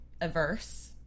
averse